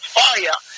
fire